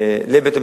לאפס.